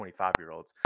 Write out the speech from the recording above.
25-year-olds